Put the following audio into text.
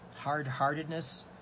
hard-heartedness